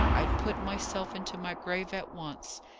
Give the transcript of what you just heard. i'd put myself into my grave at once,